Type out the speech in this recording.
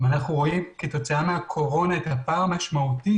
אנחנו רואים כתוצאה מהקורונה את הפער המשמעותי